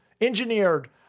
engineered